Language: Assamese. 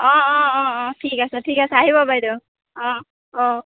অঁ অঁ অঁ অঁ ঠিক আছে ঠিক আছে আহিব বাইদেউ অঁ